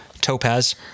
topaz